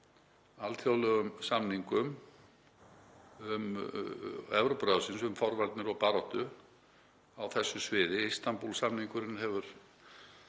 alþjóðlegum samningum Evrópuráðsins um forvarnir og baráttu á þessu sviði. Istanbúl-samningurinn hefur